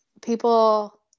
people